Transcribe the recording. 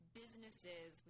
businesses